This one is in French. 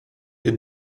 est